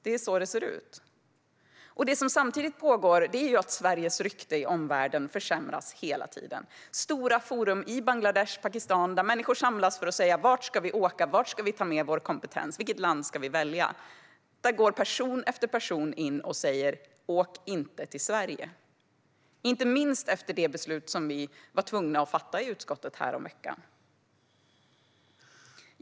Det är så här det ser ut. Samtidigt som detta pågår försämras Sveriges rykte i omvärlden hela tiden. Det finns stora forum i Bangladesh och Pakistan, där människor samlas för att fråga vart de ska åka, till vilket land ska de ta sin kompetens och vilket land de ska välja. Hit går person efter person in och varnar dem för att åka till Sverige, inte minst efter det beslut som vi i utskottet var tvungna att fatta häromveckan.